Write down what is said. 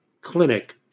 clinic